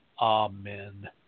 Amen